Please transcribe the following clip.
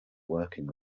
working